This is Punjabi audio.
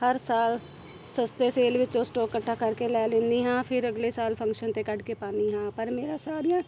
ਹਰ ਸਾਲ ਸਸਤੇ ਸੇਲ ਵਿੱਚੋਂ ਸਟੋਕ ਇਕੱਠਾ ਕਰਕੇ ਲੈ ਲੈਂਦੀ ਹਾਂ ਫਿਰ ਅਗਲੇ ਸਾਲ ਫੰਕਸ਼ਨ 'ਤੇ ਕੱਢ ਕੇ ਪਾਂਉਦੀ ਹਾਂ ਪਰ ਮੇਰਾ ਸਾਰੀਆਂ